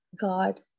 God